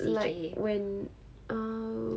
like when !ow!